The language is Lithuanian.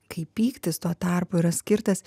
kai pyktis tuo tarpu yra skirtas